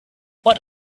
what